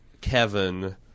Kevin